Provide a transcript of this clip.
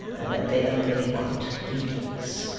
and that they only want leaders.